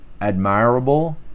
admirable